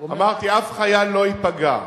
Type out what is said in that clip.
אמרתי: אף חייל לא ייפגע.